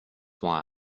why